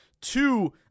Two